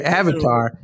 avatar